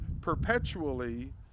perpetually